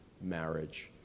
marriage